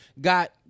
got